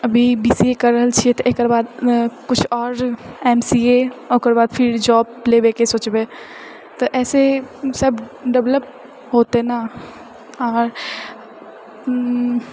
अभी B C A कर रहल छिऐ तऽ एकर बाद किछु आओर एम सी ए ओकर बाद फिर जॉब लेबएके सोचबै तऽ ऐसे सभ डेवलप होतै ने आओर